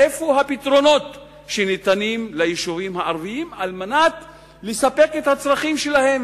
איפה הפתרונות שניתנים ליישובים הערביים כדי לספק את הצרכים שלהם,